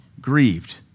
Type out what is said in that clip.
grieved